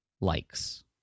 likes